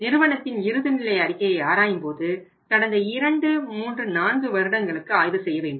நிறுவனத்தின் இறுதி நிலை அறிக்கையை ஆராயும்போது கடந்த 234 வருடங்களுக்கு ஆய்வு செய்ய வேண்டும்